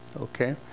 okay